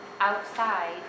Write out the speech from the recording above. outside